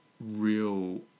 real